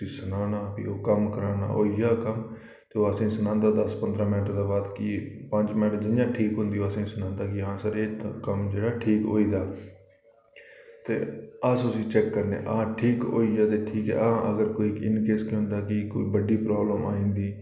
सनाना फ्ही ओह् कम्म कराना होई जा कम्म ते ओह् असेंगी सनांदे न दस पंदरां मैंट्ट दे बाद कि पंज मैंट्ट जियां ठीक होंदी ते ओह् असेंगी सनांदा कि हां सर एह् कम्म जेह्ड़ा ठीक होई गेदा ते अस उसी चेक करने ठीक होई गेआ ते ठीक हां अगर कोई इन केस केह् होंदा कि कोई बड्डा प्राब्लम आई जंदी